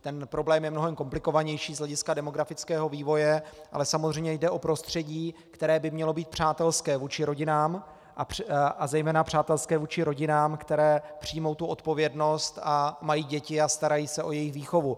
Ten problém je mnohem komplikovanější z hlediska demografického vývoje, ale samozřejmě jde o prostředí, které by mělo být přátelské vůči rodinám, a přátelské zejména vůči rodinám, které přijmou tu odpovědnost, mají děti a starají se o jejich výchovu.